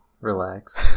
relax